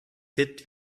fit